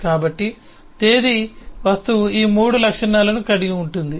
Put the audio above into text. కాబట్టి తేదీ వస్తువు ఈ 3 లక్షణాలను కలిగి ఉంటుంది